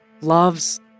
loves